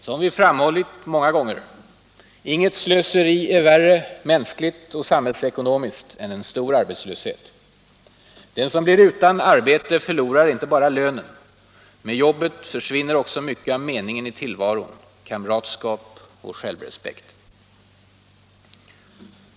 Som vi framhållit många gånger: inget slöseri är värre, mänskligt och samhällsekonomiskt, än en stor arbetslöshet. Den som blir utan arbete förlorar inte bara lönen. Med jobbet försvinner också mycket av meningen i tillvaron, kamratskap och självrespekt.